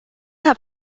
have